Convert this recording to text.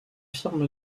firme